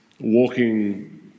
walking